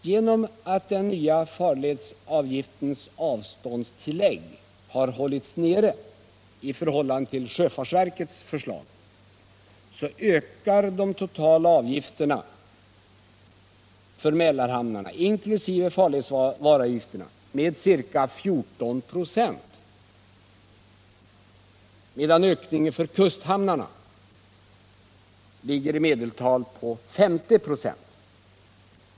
Genom att den nya farledsvaruavgiftens avståndstillägg har hållits nere enligt propositionen jämfört med sjöfartsverkets förslag ökar de totala avgifterna för Mälarhamnarna med ca 14 96, medan ökningen för kusthamnarna ligger på i medeltal 50 96.